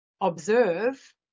observe